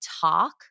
talk